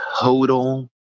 total